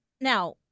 now